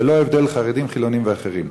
ללא הבדל חרדים, חילונים ואחרים.